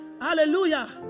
hallelujah